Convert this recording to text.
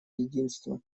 единства